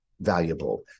valuable